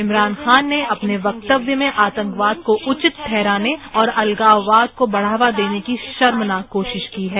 इमरान खान ने अपने वक्तव्य में आतंकवाद को उचित ठहराने और अलगाववाद को बढ़ावा देने की शर्मनाक कोशिश की है